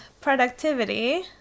productivity